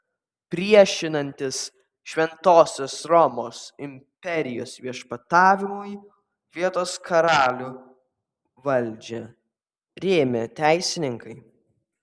priešinantis šventosios romos imperijos viešpatavimui vietos karalių valdžią rėmė teisininkai